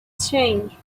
changed